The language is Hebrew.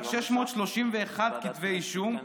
רק 631 כתבי אישום,